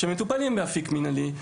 שמטופלים באפיק מנהלי.